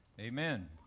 Amen